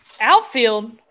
Outfield